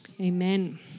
Amen